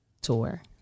tour